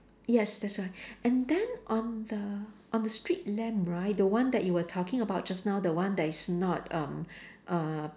yes that's right and then on the on the street lamp right the one that you were talking about just now the one that is not um err